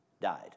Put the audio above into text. died